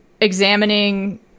examining